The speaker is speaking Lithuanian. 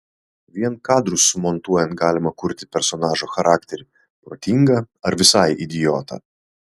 vien kadrus sumontuojant galima kurti personažo charakterį protingą ar visai idiotą